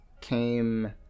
came